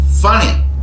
Funny